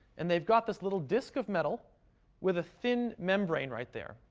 and they've got this little disk of metal with a thin membrane right there.